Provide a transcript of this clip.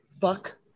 Fuck